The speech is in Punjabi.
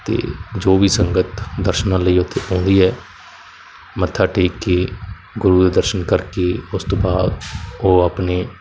ਅਤੇ ਜੋ ਵੀ ਸੰਗਤ ਦਰਸ਼ਨਾਂ ਲਈ ਉੱਥੇ ਆਉਂਦੀ ਹੈ ਮੱਥਾ ਟੇਕ ਕੇ ਗੁਰੂ ਦੇ ਦਰਸ਼ਨ ਕਰਕੇ ਉਸ ਤੋਂ ਬਾਅਦ ਉਹ ਆਪਣੇ